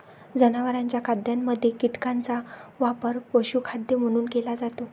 जनावरांच्या खाद्यामध्ये कीटकांचा वापर पशुखाद्य म्हणून केला जातो